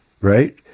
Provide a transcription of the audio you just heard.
right